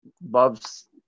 Bob's